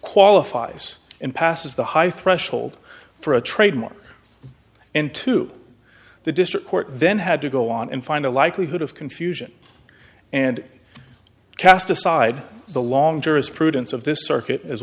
qualifies in passes the high threshold for a trademark into the district court then had to go on and find a likelihood of confusion and cast aside the long jurisprudence of this circuit as